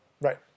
Right